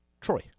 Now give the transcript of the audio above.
Troy